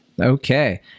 okay